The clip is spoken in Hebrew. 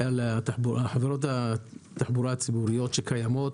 על חברות התחבורה הציבורית שקיימות,